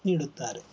ನೀಡುತ್ತಾರೆ